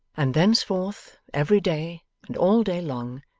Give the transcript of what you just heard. and thenceforth, every day, and all day long,